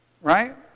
Right